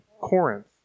Corinth